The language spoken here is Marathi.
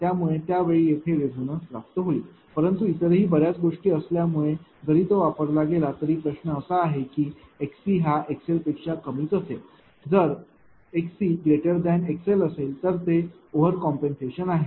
त्यामुळे त्या वेळी येथे रेझोनन्स प्राप्त होईल परंतु इतरही बऱ्याच गोष्टी असल्यामुळे जरी तो वापरला गेला तरी प्रश्न असा आहे की xcहा xl पेक्षा कमीच असेल जर xCxl असेल तर ते ओव्हर काम्पन्सेशन आहे